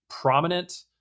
prominent